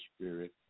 Spirit